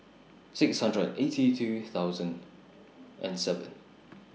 six hundred and eighty two thousand and seven